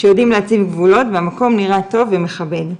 שיודעים להציב גבולות והמקום נראה טוב ומכבד'.